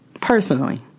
Personally